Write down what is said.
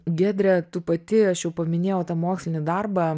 giedre tu pati aš jau paminėjau tą mokslinį darbą